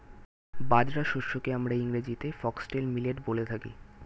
বাজরা শস্যকে আমরা ইংরেজিতে ফক্সটেল মিলেট বলে থাকি